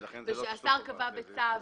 "ושהשר קבע בצו".